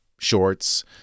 shorts